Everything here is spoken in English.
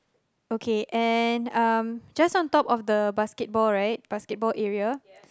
okay and just on top of the basketball right basketball area